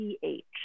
pH